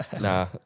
Nah